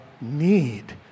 need